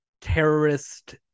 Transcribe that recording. terrorist